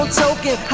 token